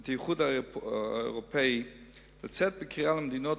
ואת האיחוד האירופי לצאת בקריאה למדינות